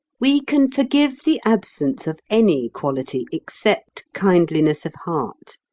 we can forgive the absence of any quality except kindliness of heart.